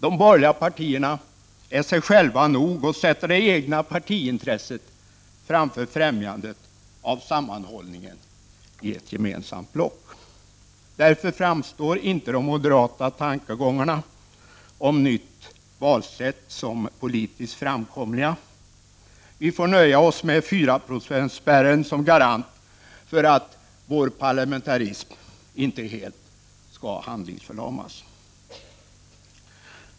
De borgerliga partierna är sig själva nog och sätter det egna partiintresset framför främjandet av sammanhållningen i ett gemensamt block. Därför framstår inte de moderata tankegångarna om nytt valsätt som politiskt gångbara. Vi får nöja oss med fyraprocentsspärren som garanti för att vår parlamentarism inte helt skall handlingsförlamas.